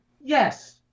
yes